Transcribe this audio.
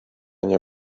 nie